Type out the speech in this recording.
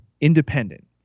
independent